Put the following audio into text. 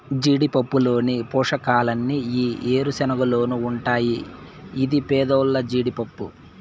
జీడిపప్పులోని పోషకాలన్నీ ఈ ఏరుశనగలోనూ ఉంటాయి ఇది పేదోల్ల జీడిపప్పు